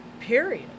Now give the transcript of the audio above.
Period